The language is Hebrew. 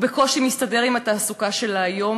הוא בקושי מסתדר עם התעסוקה של היום,